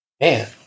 man